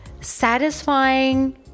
satisfying